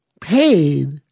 paid